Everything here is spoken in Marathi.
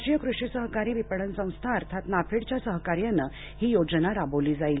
राष्ट्रीय कृषि सहकारी विपणंन संस्था अर्थात नाफेडच्या सहकार्यानं ही योजना राबवली जाईल